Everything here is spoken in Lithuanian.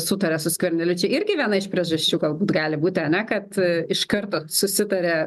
sutaria su skverneliu čia irgi viena iš priežasčių galbūt gali būti ane kad iš karto susitaria